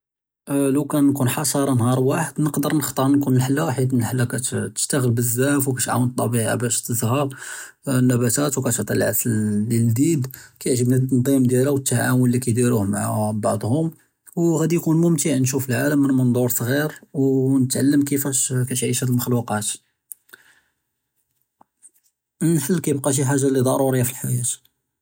לוּכַּאן נְכוּן חַשַׁרַה נְהַאר וָאחֵד נְקַדֵּר נְחְ'תַאר נְכוּן נַחְלָה חִית אֶלְנַחְלָה כַּתְשְׁתַאעְ'ל בְּזַאף וּכַתְעַאוֶן אֶטְּבִּיעַה בַּאש תְּזְהָא אֶלְנַבַּאתַאת וּכַתְעְטִי אֶלְעַסַל לִי לְדִ'יד, כַּיְעְ'זְ'בְּנִי אֶתְּנְזִ'ים דִּיַאלְהָא וְאֶתְּעַאוֶן לִי כַּיְדִירוּה מַעַ בְּעְצְהוֹם, וְגַ'אִי יְכוּן מֻמְתִע נְשׁוּף אֶלְעָאלֶם מִן מַנְטוּר צְעִיר וּנְתְעַלַם כִּיפַאש כַּתְעִיש הָאד אֶלְמַחְ'לוּקַאת, אֶלְנַחְל כַּיְבְּקָא שִׁי חַאגָ'ה לִי דָרוּרִיַּה פֶּאלְחְיַאה.